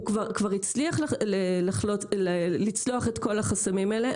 הוא כבר הצליח לצלוח את כל החסמים האלה,